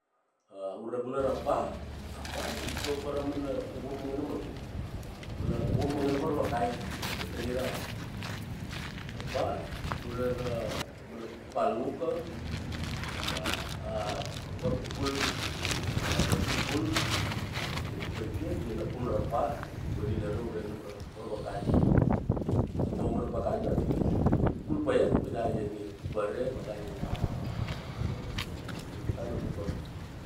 Ure bula ra pa, a pa i to pa ra mana lavur managana magit, ula, lavur mangana varvakai ina vatang ia dari. A pa ure ra, mana paluka, bea a varkukul, a varkukul di la paitia, di la kul ra pa, di vaninare ure nam ra varvakai. Taumana pakana pi di kul pa iaka pi di iania. Di pare ma da ienia. Ioko nam uka.